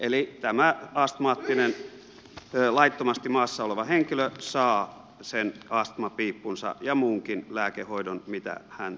eli tämä astmaattinen laittomasti maassa oleva henkilö saa sen astmapiippunsa ja muunkin lääkehoidon mitä hän tarvitsee